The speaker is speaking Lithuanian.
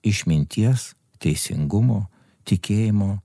išminties teisingumo tikėjimo